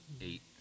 Eight